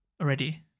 already